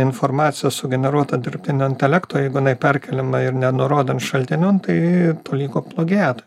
informacija sugeneruota dirbtinio intelekto jeigu inai perkeliama ir nenurodant šaltinio tai tolygu plagiatui